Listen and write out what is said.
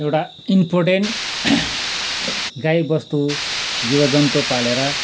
एउटा इम्पोर्टेन गाईबस्तु जीवजन्तु पालेर